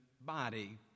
body